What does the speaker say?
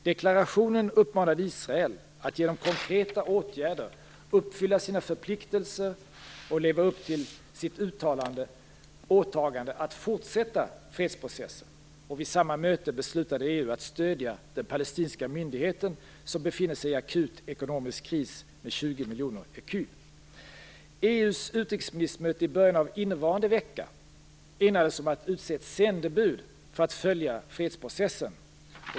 Deklarationen uppmanade Israel att genom konkreta åtgärder uppfylla sina förpliktelser och leva upp till sitt uttalade åtagande att fortsätta fredsprocessen. Vid samma möte beslutade EU att stödja den palestinska myndigheten, som befinner sig i akut ekonomisk kris, med 20 miljoner ecu. Vid EU:s utrikesministermöte i början av innevarande vecka enades man om att utse ett sändebud för att följa fredsprocessen.